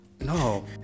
No